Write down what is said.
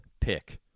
pick